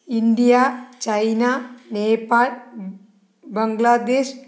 India China Nepal Bangladesh